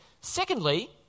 Secondly